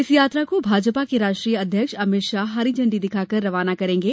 इस यात्रा का भाजपा के राष्ट्रीय अध्यक्ष अमित शाह हरी झंडी दिखाकर रवाना करेंगे